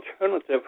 alternative